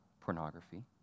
pornography